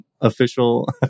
official